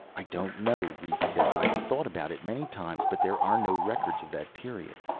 i don't know, rhes said, i've thought about it many times, but there are no records of that period.